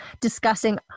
discussing